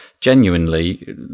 Genuinely